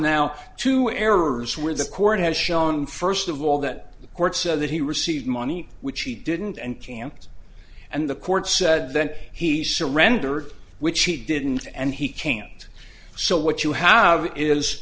now two errors where the court has shown first of all that the court said that he received money which he didn't and can't and the court said then he surrendered which he didn't and he can't so what you have is